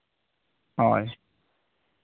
ᱦᱳᱭ